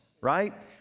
right